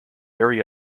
very